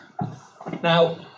Now